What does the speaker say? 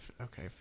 Okay